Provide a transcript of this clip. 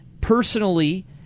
personally